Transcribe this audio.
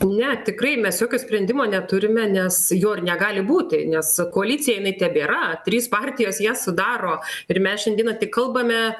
ne tikrai mes jokio sprendimo neturime nes jo ir negali būti nes koalicija jinai tebėra trys partijos ją sudaro ir mes šiandieną tik kalbame